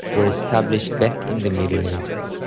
were established back in the middle ages.